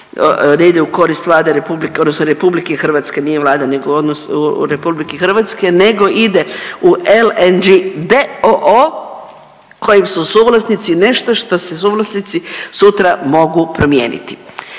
ne idu u korist Vlade republike, odnosno RH, nije Vlada, nego odnosu, RH, nego ide u LNG d.o.o., kojeg su suvlasnici nešto što se suvlasnici sutra mogu promijeniti.